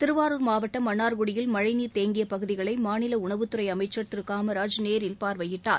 திருவாருர் மாவட்டம் மன்னார்குடியில் மழைநீர் தேங்கிய பகுதிகளை மாநில உணவுத் துறை அமைச்சர் திரு காமராஜ் நேரில் பார்வையிட்டார்